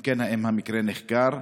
2. אם כן, האם המקרה נחקר?